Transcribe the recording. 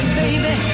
baby